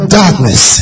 darkness